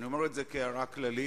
אני אומר את זה כהערה כללית,